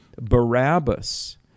Barabbas